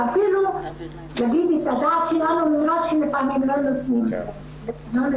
ואפילו להגיד את הדעה שלנו למרות שלפעמים לא נותנים לנו.